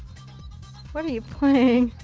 what are you playing?